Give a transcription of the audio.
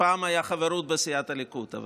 פעם הייתה חברות בסיעת הליכוד.